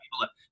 people